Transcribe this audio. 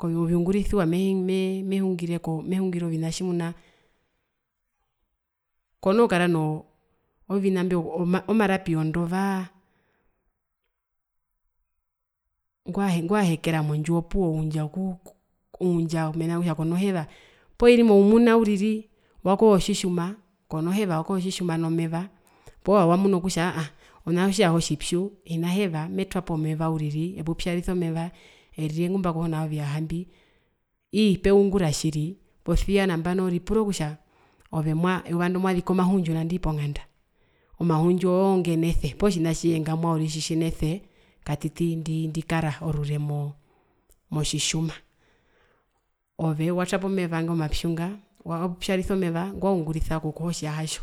Koviungurisiwa meee mee mehungire ovina tjimuna kono kara noo marapi wondovaa ongwahekera mondjiwo opuwo uundja mena rokutja konaheva poo oiri imwe umuna uriri wakoho tjitjuma kona heva wakoho tjitjuma nomeva poo wamunu kutja aahaa onahi otjiyaha otjipyu hina heva metwapo meva uriri eoupyarisa omeva erire ngumbakoho nao viyaha mbi ii peungura posia ripura kutja ove mwaa eyuvando mwaziki omahundju ndanii ponganda omahundju oongenese poo tjina atjihe ngamwa uriri tjitjinese katiti ndikara orure mo mo tjitjuma ove watwapo meva ingo mapyu nga waungurisa omeva okuhoha otjiyahatjo,